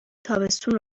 تابستون